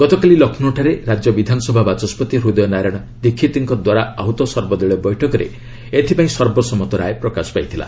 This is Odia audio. ଗତକାଲି ଲକ୍ଷ୍ନୌରେ ରାଜ୍ୟ ବିଧାନସଭା ବାଚସ୍କତି ହୃଦୟ ନାରାୟଣ ଦିକ୍ଷୀତଙ୍କ ଦ୍ୱାରା ଆହୁତ ସର୍ବଦଳୀୟ ବୈଠକରେ ଏଥିପାଇଁ ସର୍ବସମ୍ମତ ରାୟ ପ୍ରକାଶ ପାଇଥିଲା